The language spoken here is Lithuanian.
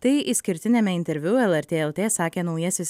tai išskirtiniame interviu lrt lt sakė naujasis